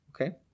okay